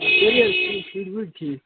سٲری حظ ٹھیٖک شُرۍ وُرۍ ٹھیٖک